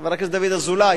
חבר הכנסת דוד אזולאי,